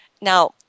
Now